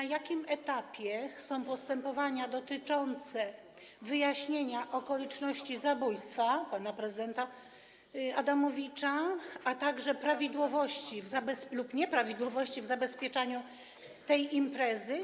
Na jakim etapie są postępowania dotyczące wyjaśnienia okoliczności zabójstwa pana prezydenta Adamowicza, a także prawidłowości lub nieprawidłowości w zabezpieczeniu tej imprezy?